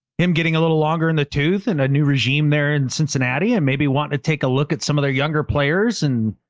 him getting a little longer in the tooth and a new regime there in cincinnati, and maybe wanting to take a look at some of their younger players and,